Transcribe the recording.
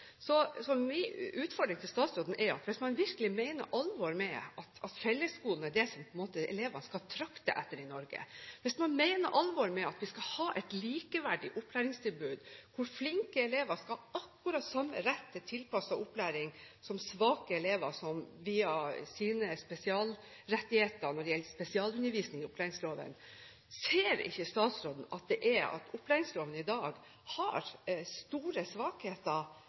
utfordring til statsråden er: Hvis man virkelig mener alvor med at fellesskolen er det som på en måte elever skal trakte etter i Norge, hvis man mener alvor med at vi skal ha et likeverdig opplæringstilbud, hvor flinke elever skal ha akkurat samme rett til tilpasset opplæring som svake elever har via sine rettigheter når det gjelder spesialundervisning i opplæringsloven, ser ikke da statsråden at opplæringsloven i dag har store svakheter